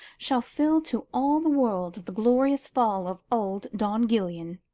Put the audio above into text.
shall fill to all the world the glorious fall of old don gillian.